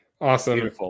Awesome